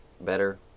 better